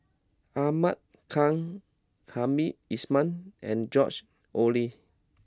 Ahmad Khan Hamed Ismail and George Oehlers